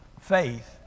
faith